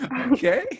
okay